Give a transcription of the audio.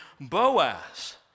Boaz